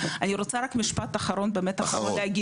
אני רוצה רק משפט אחרון להגיד,